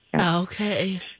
Okay